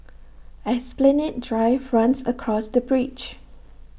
Esplanade Drive runs across the bridge